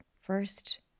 First